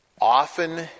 often